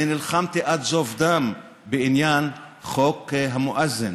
אני נלחמתי עד זוב דם בעניין חוק המואזין,